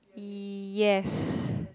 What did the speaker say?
yes